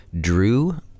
Drew